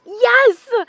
Yes